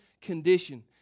condition